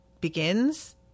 begins